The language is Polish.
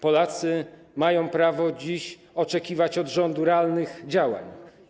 Polacy mają prawo dziś oczekiwać od rządu realnych działań.